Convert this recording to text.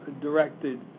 directed